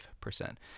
percent